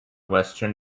western